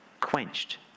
quenched